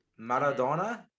Maradona